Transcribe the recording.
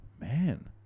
man